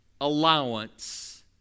allowance